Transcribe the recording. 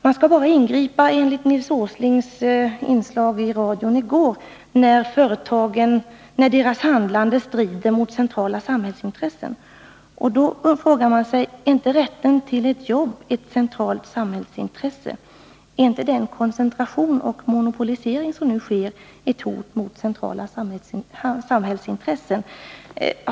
Man skall bara ingripa — enligt Nils Åslings uttalande i ett inslag i radion i går — när företagens handlande strider mot centrala samhällsintressen. Då frågar man sig: Är inte rätten till ett jobb ett centralt samhällsintresse? Är inte den koncentration och monopolisering som nu sker ett hot mot centrala samhällsintressen?